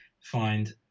find